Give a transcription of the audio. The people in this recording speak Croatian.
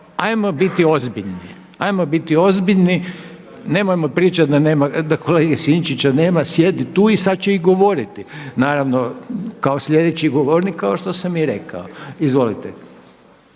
pričati. Molim vas ajmo biti ozbiljni, nemojmo pričati da kolege Sinčića nema, sjedi tu i sada će govoriti, naravno kao sljedeći govornik kao što sam i rekao. Izvolite.